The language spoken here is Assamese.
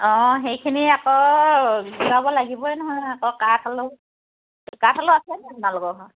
অঁ সেইখিনি আকৌ ঘূৰাব লাগিবই নহয় আকৌ কাঠ আলু কাঠ আলু আছে যে আপোনালোকৰ